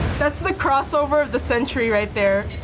that's the crossover of the century right there.